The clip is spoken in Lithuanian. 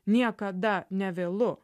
niekada nevėlu